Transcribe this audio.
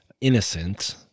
innocent